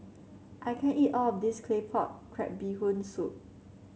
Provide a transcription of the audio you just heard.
I can't eat all of this Claypot Crab Bee Hoon Soup